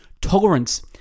tolerance